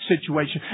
situation